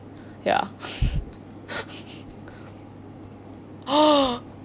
ya